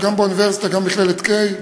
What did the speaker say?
גם באוניברסיטה וגם במכללת קיי.